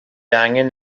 angen